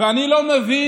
ואני לא מבין